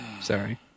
sorry